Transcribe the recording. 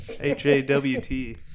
H-A-W-T